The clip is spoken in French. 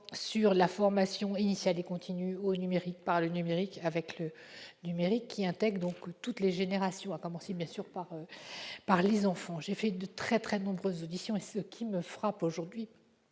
sur la formation initiale et continue au numérique, par le numérique et avec le numérique, qui intègre toutes les générations, à commencer bien sûr par les enfants. Au cours des très nombreuses auditions que j'ai